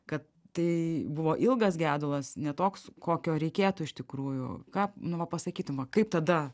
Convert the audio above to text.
kad tai buvo ilgas gedulas ne toks kokio reikėtų iš tikrųjų ką nu va pasakytum va kaip tada